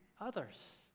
others